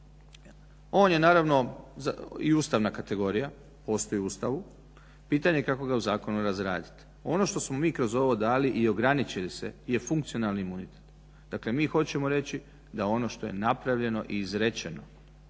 on je naravno i ustavna kategorija, postoji u Ustavu, pitanje je kako ga u zakonu razraditi. Ono što smo mi kroz ovo dali i ograničili se je funkcionalni imunitet, dakle mi hoćemo reći da ono što je napravljeno i izrečeno